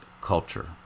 culture